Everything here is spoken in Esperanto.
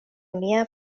mia